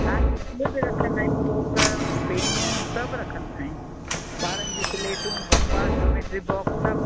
हा बुक रखंदा आहियूं चॉक पेनूं सभु रखंदा आहियूं ॿारन जियूं स्लेटूं कम्पास जोमेट्री बॉक्स सभु